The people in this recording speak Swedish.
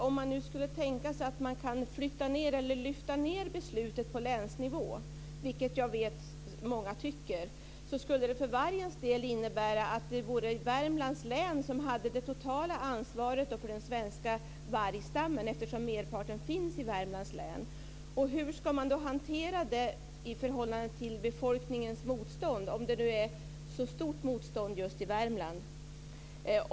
Om man nu skulle tänka sig att man kan lyfta ned beslutet på länsnivå, vilket jag vet att många tycker, skulle det för vargens del innebära att Värmlands län hade det totala ansvaret för den svenska vargstammen. Merparten finns ju i Värmlands län. Hur ska man då hantera det i förhållande till befolkningens motstånd, om det nu är så stort motstånd just i Värmland?